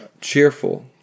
cheerful